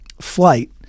flight